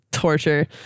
Torture